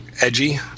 edgy